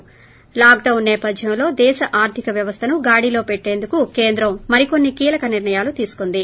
ి లాక్డౌన్ సేపద్యంలో దేశ ఆర్థిక వ్యవస్థను గాడిలో పెట్టేందుకు కేంద్రం మరి కొన్సి కీలక నిర్ణయాలు తీసుకుంది